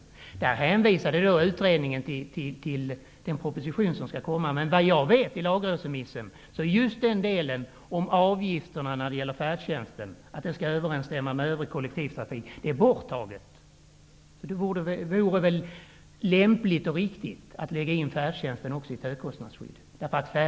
Utredningen hänvisade i det sammanhanget till den proposition som skall komma, men efter vad jag vet är just den del i lagrådsremissen där det sägs att avgifterna för färdtjänsten skall överensstämma med avgifterna för övrig kollektivtrafik borttagen. Det vore väl därför lämpligt och riktigt att lägga in också färdtjänsten i ett högkostnadsskydd.